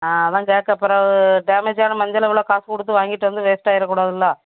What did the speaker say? ஆ அதை கேட்டேன் பிறகு டேமேஜனா மஞ்சளை இவ்வளோ காசு கொடுத்து வாங்கிட்டு வந்து வேஸ்ட் ஆகிட கூடாதில்ல